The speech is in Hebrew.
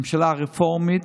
ממשלה רפורמית,